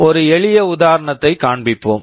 ஒரு எளிய உதாரணத்தைக் காண்பிப்போம்